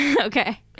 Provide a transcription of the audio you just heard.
Okay